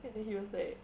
and then he was like